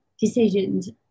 decisions